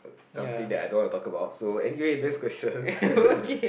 something that I don't want to talk about so anyway next question ppl